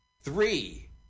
Three